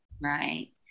right